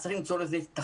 אז אין לדבר הזה תחליף.